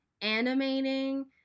animating